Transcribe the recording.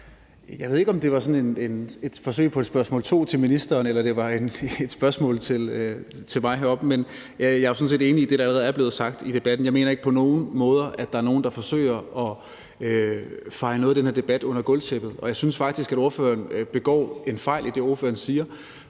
at stille endnu et spørgsmål til ministeren, eller om det var et spørgsmål til mig heroppe, men jeg er sådan set enig i det, der allerede er blevet sagt i debatten. Jeg mener ikke på nogen måde, at der er nogen, der forsøger at feje noget af den her debat ind under gulvtæppet, og jeg synes faktisk, at ordføreren begår en fejl i det, ordføreren siger.